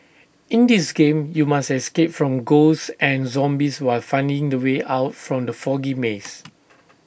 in this game you must escape from ghosts and zombies while finding the way out from the foggy maze